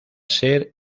ser